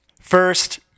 First